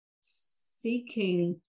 seeking